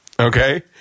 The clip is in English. Okay